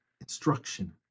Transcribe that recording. instruction